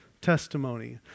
testimony